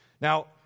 Now